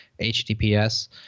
HTTPS